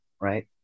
right